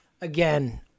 again